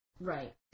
Right